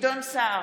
גדעון סער,